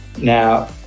now